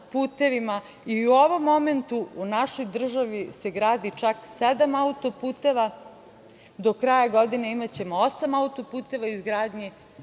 putevima i u ovom momentu u našoj državi se gradi čak sedam autoputeva. Do kraja godine imaćemo osam autoputeva. Prošle